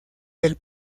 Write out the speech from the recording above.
del